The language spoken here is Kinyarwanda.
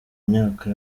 imyaka